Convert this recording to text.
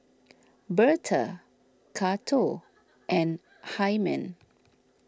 Bertha Cato and Hyman